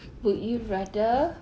would you rather